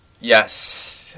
Yes